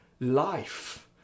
life